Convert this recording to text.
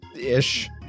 Ish